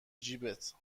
جیبت